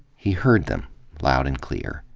he heard them loud and clear.